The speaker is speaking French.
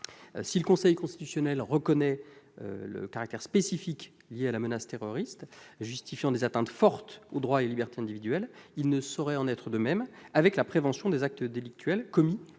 Si le Conseil constitutionnel reconnaît un caractère spécifique lié à la menace terroriste justifiant des atteintes fortes aux droits et libertés individuels, il ne saurait en être de même avec la prévention des actes délictuels commis